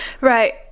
right